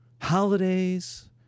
holidays